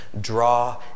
draw